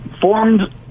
formed